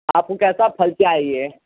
आपको कैसा फल चाहिए